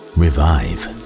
revive